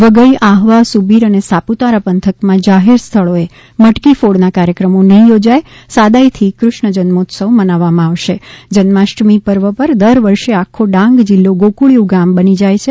વઘઇ આહવા સુબીર અને સાપુતારા પંથકમાં જાહેર સ્થળોએ મટકી ફોડના કાર્યક્રમો પણ નહીં યોજાઈ સાદાઈથી કૃષ્ણ જન્મોત્સવ મનાવાશે જન્માષ્ટમી પર્વ પર દર વર્ષે આખો ડાંગ જિલ્લો ગોકુળિયું ગામ બની જતું હોય છે